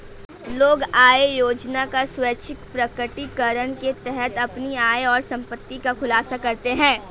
लोग आय योजना का स्वैच्छिक प्रकटीकरण के तहत अपनी आय और संपत्ति का खुलासा करते है